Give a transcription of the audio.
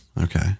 Okay